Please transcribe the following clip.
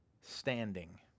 standing